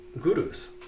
gurus